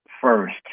first